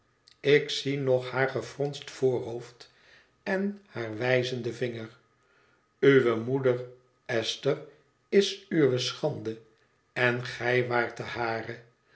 ik zie nog haar gefronst voorhoofd en haar wij zenden vinger uwe moeder esther is uwe schande en gij waart de hare